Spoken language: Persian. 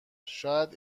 شاید